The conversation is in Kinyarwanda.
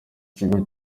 kigo